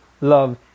Love